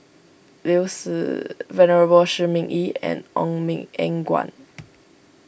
Liu Si Venerable Shi Ming Yi and Ong Eng Guan